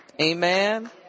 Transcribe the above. Amen